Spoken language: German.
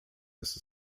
ist